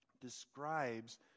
describes